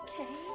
okay